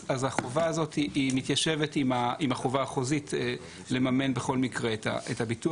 אז החובה הזאת היא מתיישבת עם החובה החוזית לממן בכל מקרה את הביטוח,